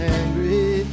angry